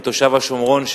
כתושב השומרון,